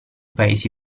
paesi